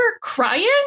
crying